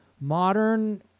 modern